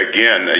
Again